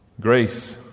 Grace